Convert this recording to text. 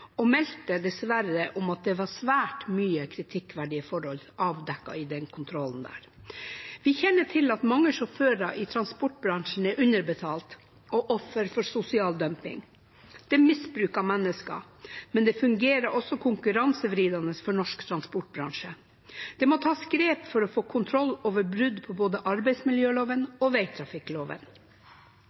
og meldte dessverre om at det ble avdekket svært mange kritikkverdige forhold i den kontrollen. Vi kjenner til at mange sjåfører i transportbransjen er underbetalt og offer for sosial dumping. Det er misbruk av mennesker, men det fungerer også konkurransevridende for norsk transportbransje. Det må tas grep for å få kontroll over brudd på både arbeidsmiljøloven og